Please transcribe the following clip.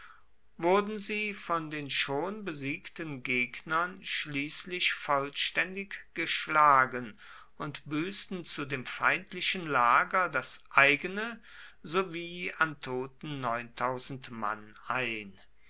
wurden sie von den schon besiegten gegnern schließlich vollständig geschlagen und büßten zu dem feindlichen lager das eigene sowie an toten mann ein